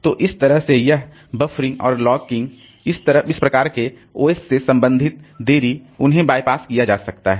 तो इस तरह से यह बफरिंग और लॉकिंग इस प्रकार के OS से संबंधित देरी उन्हें बायपास किया जा सकता है